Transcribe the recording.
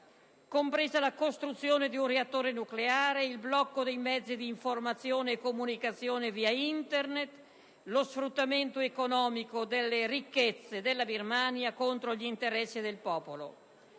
per la costruzione di un reattore nucleare, il blocco dei mezzi di informazione e comunicazione via Internet, lo sfruttamento economico delle ricchezze della Birmania contro gli interessi del popolo.